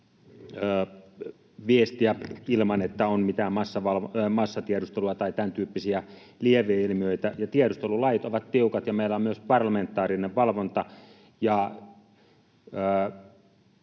viestiä ilman, että on mitään massatiedustelua tai tämäntyyppisiä lieveilmiöitä. Tiedustelulait ovat tiukat, ja meillä on myös parlamentaarinen valvonta.